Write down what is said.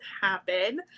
happen